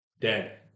dead